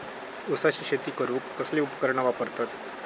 ऊसाची शेती करूक कसली उपकरणा वापरतत?